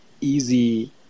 easy